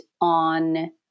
on